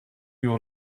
you